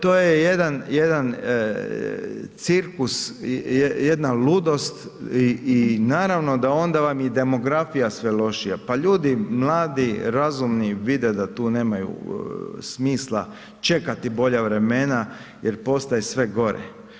To je jedan cirkus, jedna ludost i naravno da onda vam je i demografija sve lošija, pa ljudi mladi, razumni vide da tu nemaju smisla čekati bolja vremena jer postaje sve gore.